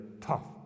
tough